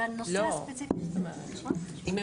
אם הם